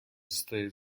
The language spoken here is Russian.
стоит